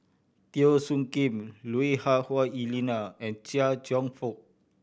Teo Soon Kim Lui Hah Wah Elena and Chia Cheong Fook